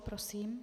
Prosím.